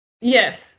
Yes